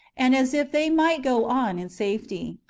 and as if they might go on in safety.